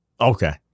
Okay